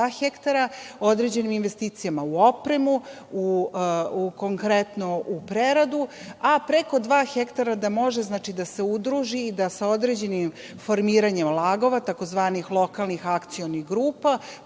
hektara, određenim investicijama u opremu, konkretno u preradu, a preko dva hektara da može da se udruži i da sa određenim formiranjem lagova, tzv. lokalnih akcionih grupa,